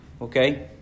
okay